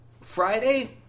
Friday